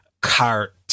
cart